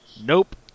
Nope